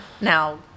Now